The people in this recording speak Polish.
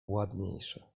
ładniejsze